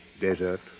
desert